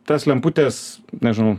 tas lemputės nežinau